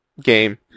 game